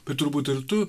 bet turbūt ir tu